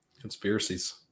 Conspiracies